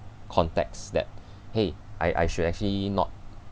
context that !hey! I I should actually not